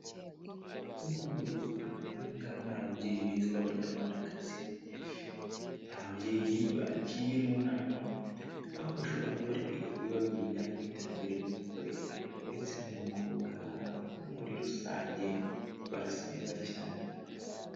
Nkuko mubibona aba ngaba ni ababyeyi beza b'abanyarwandakazi. Ni ababyeyi bagiye mu nama, aho bashobora kuba bari kwiga ku bibazo bijyanye n'iterambere ry'umugore ndetse n'umukobwa muri rusange, barasa neza cyane.